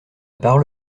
parole